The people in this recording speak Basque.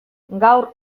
gaur